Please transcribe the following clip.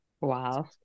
Wow